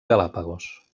galápagos